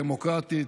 דמוקרטית,